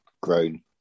grown